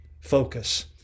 focus